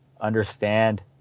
understand